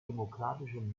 demokratischen